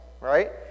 right